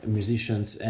musicians